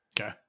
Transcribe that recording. Okay